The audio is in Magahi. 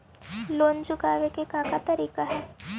लोन चुकावे के का का तरीका हई?